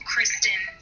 Kristen